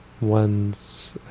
one's